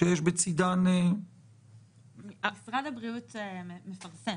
שיש בצדן --- משרד הבריאות מפרסם.